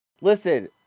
Listen